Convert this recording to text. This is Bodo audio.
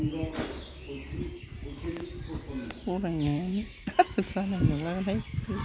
फरायनायानो जानाय नंलागोन हाय